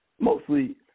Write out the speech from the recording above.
Mostly